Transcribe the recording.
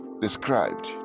described